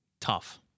tough